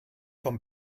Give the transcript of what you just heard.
vom